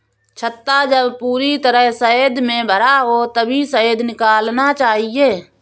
छत्ता जब पूरी तरह शहद से भरा हो तभी शहद निकालना चाहिए